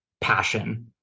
passion